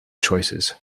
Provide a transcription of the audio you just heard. choices